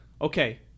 okay